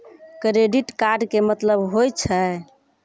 Credit card के मतलब होय छै?